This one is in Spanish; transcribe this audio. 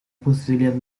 posibilidad